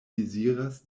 deziras